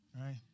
Right